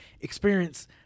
experience